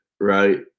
Right